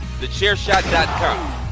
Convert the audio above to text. TheChairShot.com